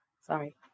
Sorry